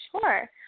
Sure